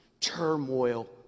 turmoil